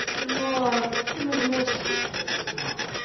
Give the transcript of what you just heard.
you know our innermost secrets now,